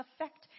affect